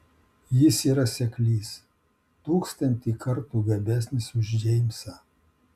jis yra seklys tūkstantį kartų gabesnis už džeimsą